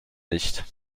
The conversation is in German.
nicht